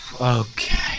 Okay